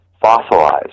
fossilized